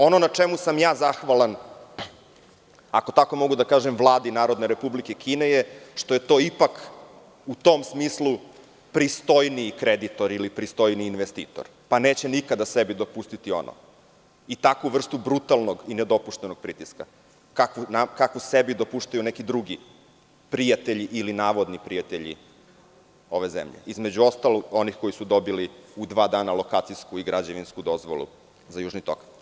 Ono na čemu sam ja zahvalan, ako tako mogu da kažem, Vladi Narodne Republike Kine je što je to ipak u tom smislu pristojniji kreditor, ili pristojniji investitor, pa neće nikada sebi dopustiti ono i takvu vrstu brutalnog i nedopuštenog pritiska kakvu sebi dopuštaju neki drugi, prijatelji ili navodni prijatelji ove zemlje, između ostalog, onih koji su dobili u dva dana lokacijsku i građevinsku dozvolu za Južni tok.